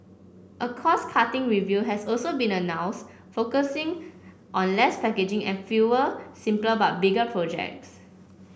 a cost cutting review has also been announced focusing on less packaging and fewer simpler but bigger projects